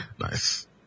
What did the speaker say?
Nice